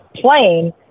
plane